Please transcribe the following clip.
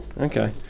Okay